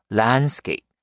landscape